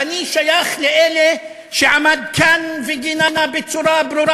ואני שייך לאלה שעמדו כאן וגינו בצורה ברורה